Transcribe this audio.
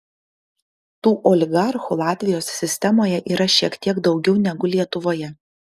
tų oligarchų latvijos sistemoje yra šiek tiek daugiau negu lietuvoje